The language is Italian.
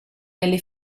nelle